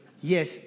Yes